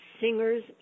Singers